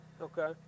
Okay